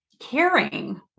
caring